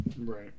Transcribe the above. Right